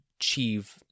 achieve